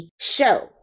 show